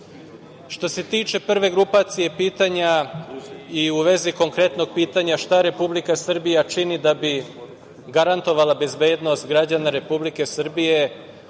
se tiče prve grupacije pitanja i u vezi konkretnog pitanja, šta Republika Srbija čini da bi garantovala bezbednost građana Republike Srbije,